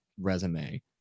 resume